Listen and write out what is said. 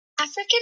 African